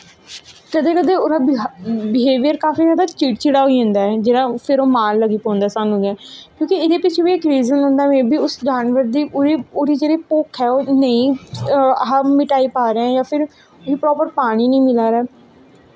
कदैं कदैं ओह्दा बिहेवियर काफी जादा चिड़चिड़ा होई जंदा ऐ फिर ओह् मारन लगी पौंदा ऐ स्हानू क्योंकि एह्दे पिच्छें बी इक रिज़न होंदा जानवर दी ओह् जेह्ड़ी भुक्ख ऐ नेंई मिटाई पा दा ऐ जां धुप्पा उप्पर पानी नी मिला दा